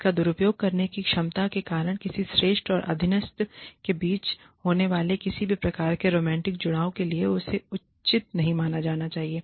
इसका दुरुपयोग करने की क्षमता के कारण किसी श्रेष्ठ और अधीनस्थ के बीच होने वाले किसी भी प्रकार के रोमांटिक जुड़ाव के लिए इसे उचित नहीं माना जाता है